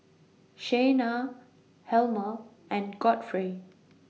Shayna Helmer and Godfrey